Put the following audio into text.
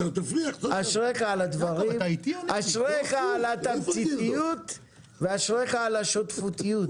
אשריך על התמציתיות ואשריך על השותפותיות.